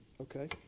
Okay